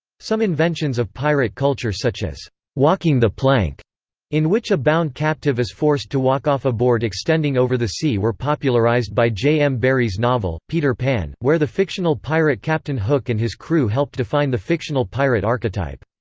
some inventions of pirate culture such as walking the plank in which a bound captive is forced to walk off a board extending over the sea-were popularized by j. m. barrie's novel, peter pan, where the fictional pirate captain hook and his crew helped define the fictional pirate archetype.